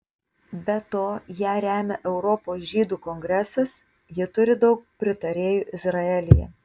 be to ją remia europos žydų kongresas ji turi daug pritarėjų izraelyje